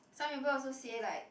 some people also say like